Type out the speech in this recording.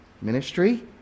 ministry